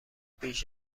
بیش